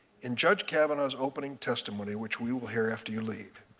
in judge kavanaugh's opening testimony, which we will hear after you leave,